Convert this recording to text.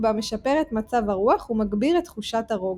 בה משפר את מצב הרוח ומגביר את תחושות הרוגע.